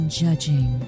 judging